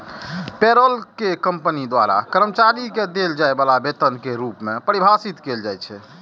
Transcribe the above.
payroll कें company द्वारा कर्मचारी कें देल जाय बला वेतन के रूप मे परिभाषित कैल जाइ छै